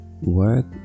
work